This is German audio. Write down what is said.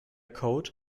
code